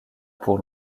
pour